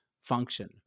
function